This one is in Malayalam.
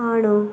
ആണോ